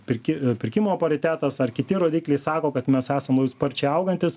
pirkė pirkimo paritetas ar kiti rodikliai sako kad mes esam labai sparčiai augantys